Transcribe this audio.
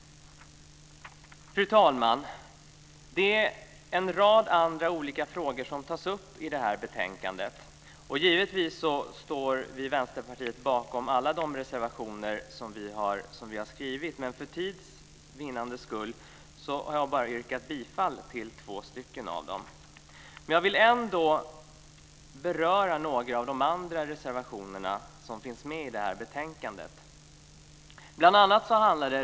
Fru talman! En rad andra olika frågor tas upp i detta betänkande. Givetvis står vi i Vänsterpartiet bakom alla reservationer som vi har skrivit. Men för tids vinnande har jag yrkat bifall till endast två av reservationerna. Jag vill ändå beröra några av de andra reservationerna i betänkandet.